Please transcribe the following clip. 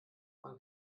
man